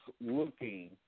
looking